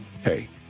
Hey